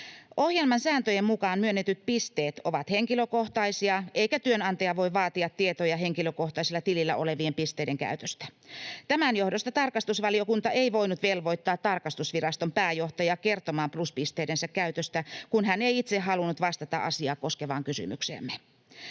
Ohjelman sääntöjen mukaan myönnetyt pisteet ovat henkilökohtaisia, eikä työnantaja voi vaatia tietoja henkilökohtaisella tilillä olevien pisteiden käytöstä. Tämän johdosta tarkastusvaliokunta ei voinut velvoittaa tarkastusviraston pääjohtajaa kertomaan pluspisteidensä käytöstä, kun hän ei itse halunnut vastata asiaa koskevaan kysymykseemme.